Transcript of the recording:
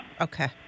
Okay